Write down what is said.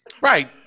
Right